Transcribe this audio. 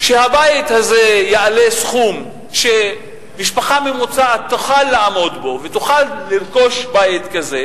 שהבית הזה יעלה סכום שמשפחה ממוצעת תוכל לעמוד בו ותוכל לרכוש בית כזה.